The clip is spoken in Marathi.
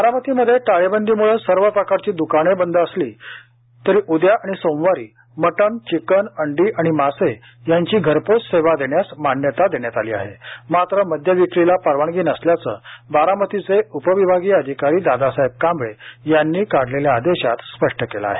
बारामतीमध्ये टाळेबंदीम्ळं सर्व प्रकारची द्काने बंद असली तरी उद्या आणि सोमवारी मटण चिकन अंडी आणि मासे यांची घरपोच सेवा देण्यास मान्यता देण्यात आली आहे मात्र मद्य विक्रीला परवानगी नसल्याचं बारामतीचे उपविभागीय अधिकारी दादासाहेब कांबळे यांनी काढलेल्या आदेशात स्पष्ट केलं आहे